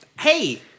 Hey